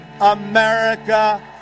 America